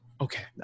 Okay